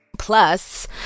Plus